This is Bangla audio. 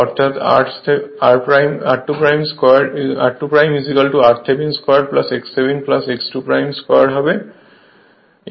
অর্থাৎ r2 r Thevenin 2 x Thevenin x 22 হবে